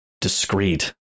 discreet